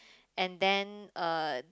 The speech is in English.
and then uh